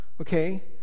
okay